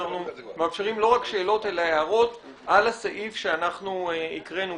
אנחנו מאפשרים לא רק שאלות אלא הערות על הסעיף שאנחנו הקראנו.